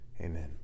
Amen